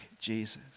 Jesus